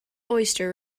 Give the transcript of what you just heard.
oyster